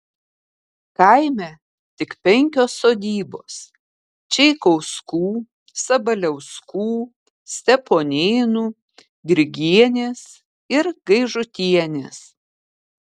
kaime tik penkios sodybos čeikauskų sabaliauskų steponėnų grigienės ir gaižutienės